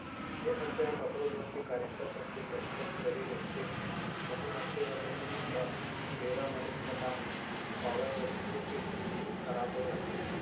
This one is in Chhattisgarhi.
जेन मनसे ह कखरो लोन के गारेंटर बनके दस्कत करे रहिथे कहूं मनसे ह लोन ल बेरा म नइ पटा पावय त दुनो के सिविल खराब हो जाथे